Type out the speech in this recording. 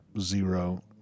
zero